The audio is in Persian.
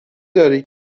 داری